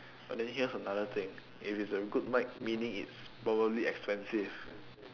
but then here's another thing if it's a good mic meaning it's probably expensive